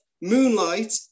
moonlight